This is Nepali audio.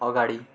अगाडि